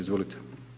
Izvolite.